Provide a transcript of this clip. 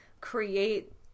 create